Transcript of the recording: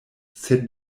sed